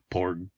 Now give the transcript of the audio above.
Porg